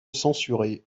censurée